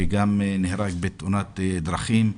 שגם נהרג בתאונת דרכים,